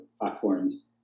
platforms